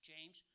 James